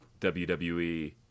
WWE